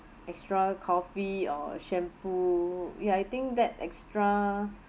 extra coffee or shampoo ya I think that extra